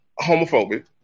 homophobic